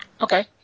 Okay